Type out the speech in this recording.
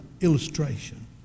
illustration